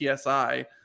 psi